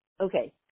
Okay